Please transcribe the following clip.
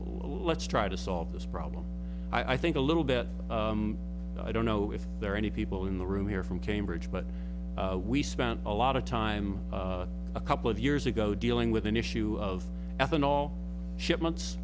let's try to solve this problem i think a little bit i don't know if there are any people in the room here from cambridge but we spent a lot of time a couple of years ago dealing with an issue of ethanol shipments